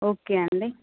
okay అండి